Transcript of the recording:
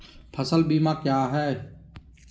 फ़सल बीमा क्या है?